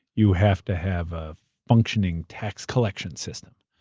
you have to have a functioning tax collection system.